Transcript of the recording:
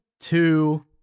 two